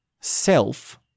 self